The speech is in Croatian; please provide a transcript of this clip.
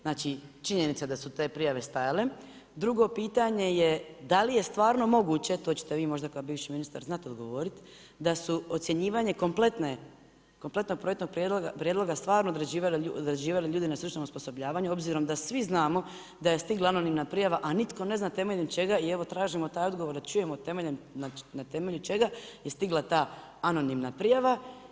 Znači činjenica je da su te prijave stajale i drugo pitanje je da li je stvarno moguće, to ćete vi možda kao bivši ministar znati odgovoriti da su ocjenjivanje kompletnog projektnog prijedloga stvarno određivale ljudi na stručnom osposobljavanju, obzirom da svi znamo da je stigla anonimna prijava, a nitko ne zna temeljem čega, i evo, tražimo taj odgovor, na temelju čega je stigla ta anonimna prijava.